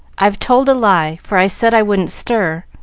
i've told a lie, for i said i wouldn't stir.